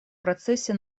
процессе